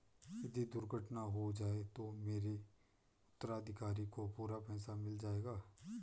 यदि दुर्घटना हो जाये तो मेरे उत्तराधिकारी को पूरा पैसा मिल जाएगा?